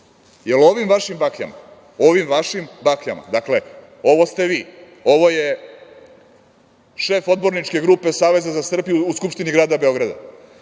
Da li ovim vašim bakljama? Ovim vašim bakljama? Dakle, ovo ste vi, ovo je šef odborničke grupe Saveza za Srbiju u Skupštini grada Beograda